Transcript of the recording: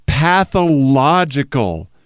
pathological